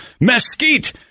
mesquite